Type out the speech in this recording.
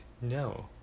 No